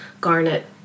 Garnet